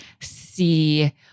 See